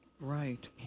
Right